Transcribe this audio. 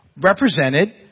represented